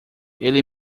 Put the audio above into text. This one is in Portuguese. ele